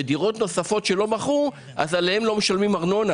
ועל דירות נוספות שהם לא מכרו לא משלמים ארנונה,